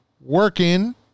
Working